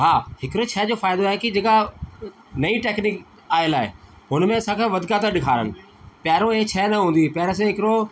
हा हिकिड़े शइ जो फ़ाइदो आहे की जेका नई टैकनीक आयल आहे हुनमें असांखे वधका तव्हां ॾेखारनि पहिरियों इहा शइ न हूंदी हुई पहिरियों असां हिकिड़ो